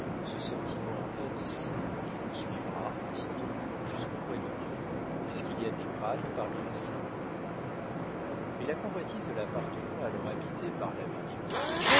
ce sentiment indicible qui nous suivra dit-on jusqu'auprès de dieu puisqu'il y a des grades parmi les saints mais la convoitise de l'appartement alors habité par l'abbé